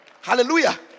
Hallelujah